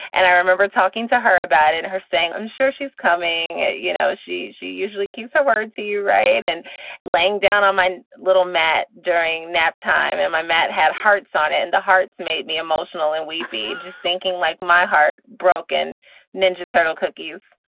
and i remember talking to her about and her saying, i'm sure she's coming. you know, she she usually use her words right. and laying down on my little mat during nap time and my mat had hearts on it and the hearts made me emotional and weepy, just thinking like my heart broken ninja turtle cookies.